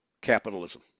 capitalism